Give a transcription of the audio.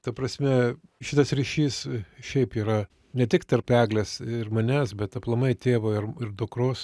ta prasme šitas ryšys šiaip yra ne tik tarp eglės ir manęs bet aplamai tėvo ir ir dukros